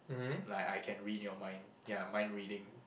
like I can read your mind ya mind reading